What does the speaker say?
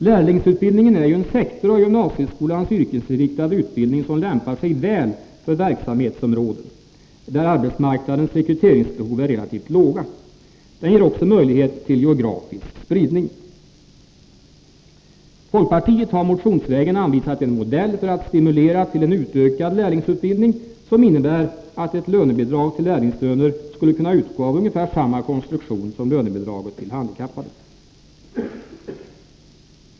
Lärlingsutbildningen är ju en sektor av gymnasieskolans yrkesinriktade utbildning som lämpar sig väl för verksamhetsområden där arbetsmarknadens rekryteringsbehov är relativt låga. Den ger också möjlighet till geografisk spridning. Folkpartiet har motionsvägen anvisat en modell för att stimulera till en utökad lärlingsutbildning, som innebär att ett lönebidrag till lärlingslöner av ungefär samma konstruktion som lönebidraget till handikappade skulle kunna utgå.